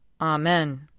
Amen